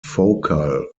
focal